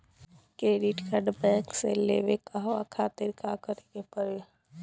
Credit card bank से लेवे कहवा खातिर का करे के पड़ी?